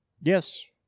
Yes